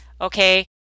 okay